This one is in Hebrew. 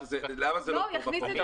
למה זה לא כתוב בחוק הזה?